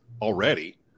already